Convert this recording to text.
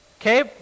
Okay